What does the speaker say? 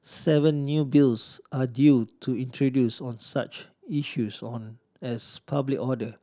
seven new Bills are due to introduce on such issues on as public order